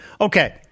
okay